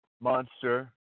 monster